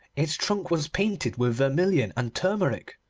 its trunk was painted with vermilion and turmeric,